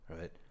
right